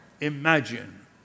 imagine